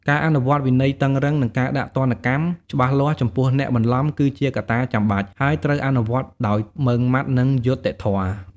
ការអនុវត្តវិន័យតឹងរ៉ឹង និងការដាក់ទណ្ឌកម្មច្បាស់លាស់ចំពោះអ្នកបន្លំ គឺជាកត្តាចាំបាច់ ហើយត្រូវអនុវត្តដោយម៉ឺងម៉ាត់ និងយុត្តិធម៌។